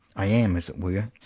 i am, as it were,